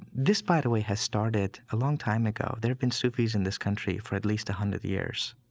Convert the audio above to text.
this, by the way, has started a long time ago. there have been sufis in this country for at least a hundred years,